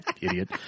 idiot